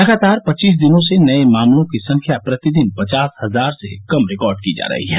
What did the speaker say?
लगातार पच्चीस दिनों से नए मामलों की संख्या प्रतिदिन पचास हजार से कम रिकार्ड की जा रही है